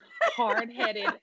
hard-headed